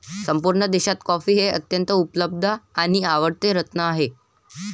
संपूर्ण देशात कॉफी हे अत्यंत उपलब्ध आणि आवडते रत्न आहे